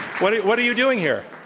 what are what are you doing here?